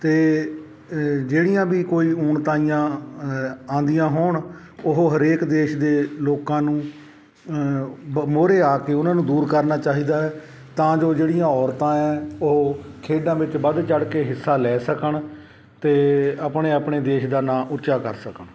ਅਤੇ ਜਿਹੜੀਆਂ ਵੀ ਕੋਈ ਊਣਤਾਈਆਂ ਆਉਂਦੀਆਂ ਹੋਣ ਉਹ ਹਰੇਕ ਦੇਸ਼ ਦੇ ਲੋਕਾਂ ਨੂੰ ਬਾ ਮੂਹਰੇ ਆ ਕੇ ਉਹਨਾਂ ਨੂੰ ਦੂਰ ਕਰਨਾ ਚਾਹੀਦਾ ਹੈ ਤਾਂ ਜੋ ਜਿਹੜੀਆਂ ਔਰਤਾਂ ਹੈ ਉਹ ਖੇਡਾਂ ਵਿੱਚ ਵੱਧ ਚੜ੍ਹ ਕੇ ਹਿੱਸਾ ਲੈ ਸਕਣ ਅਤੇ ਆਪਣੇ ਆਪਣੇ ਦੇਸ਼ ਦਾ ਨਾਂ ਉੱਚਾ ਕਰ ਸਕਣ